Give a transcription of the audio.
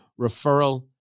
referral